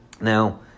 Now